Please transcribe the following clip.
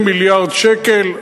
מיליארד שקל,